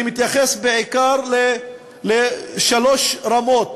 אני מתייחס בעיקר לשלוש רמות